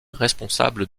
responsable